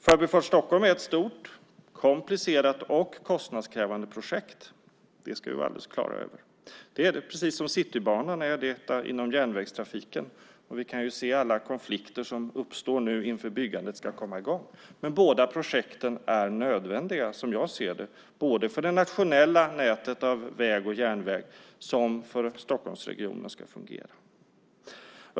Förbifart Stockholm är ett stort, komplicerat och kostnadskrävande projekt, det ska vi vara alldeles klara över, på samma sätt som Citybanan är det inom järnvägstrafiken. Vi kan se alla konflikter som uppstår nu när byggandet ska komma i gång. Båda projekten är emellertid, som jag ser det, nödvändiga både för det nationella nätet av vägar och järnvägar och för att Stockholmsregionen ska fungera.